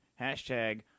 Hashtag